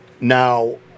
Now